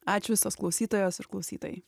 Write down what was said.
ačiū visos klausytojos ir klausytojai